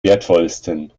wertvollsten